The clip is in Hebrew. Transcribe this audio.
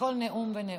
בכל נאום ונאום.